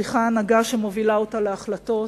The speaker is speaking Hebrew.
צריכה הנהגה שמובילה אותה להחלטות,